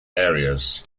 areas